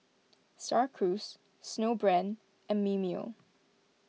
Star Cruise Snowbrand and Mimeo